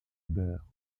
beurre